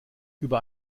über